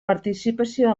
participació